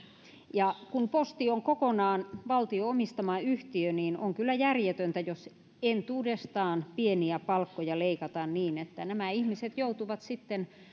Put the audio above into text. ja kun posti on kokonaan valtion omistama yhtiö niin on kyllä järjetöntä jos entuudestaan pieniä palkkoja leikataan niin että nämä ihmiset joutuvat sitten